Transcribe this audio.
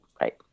Right